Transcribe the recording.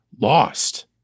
lost